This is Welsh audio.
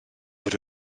fod